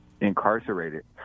incarcerated